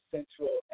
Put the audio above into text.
Central